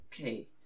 Okay